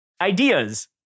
ideas